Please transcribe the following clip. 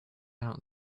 out